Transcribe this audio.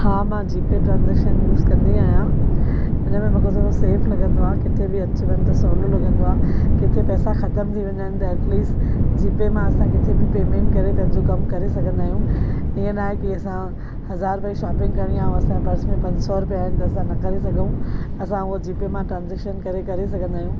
हा मां GPay transaction use कंदी आहियां हुन में मूंखे थोरो सेफ लॻंदो आहे किथे बि अचु वञु त सवलो लॻंदो आहे किथे पैसा ख़तमु थी वेंदा आहिनि त ऐटलीस्ट जीपे मां असां किथे बि पैमेंट करे पंहिंजो कमु करे सघंदा आहियूं इअं नाहे त असांखे हज़ार रुपए जी शॉपिंग करिणी आहे ऐं पर्स में पंज सौ रुपया आहिनि त नथा करे सघूं असां उहो जीपे मां ट्रांजेक्शन करे करे सघंदा आहियूं